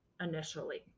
initially